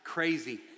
Crazy